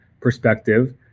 perspective